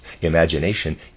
imagination